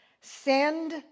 send